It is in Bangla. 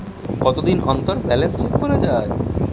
কতদিন অন্তর ব্যালান্স চেক করা য়ায়?